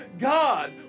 God